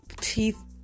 teeth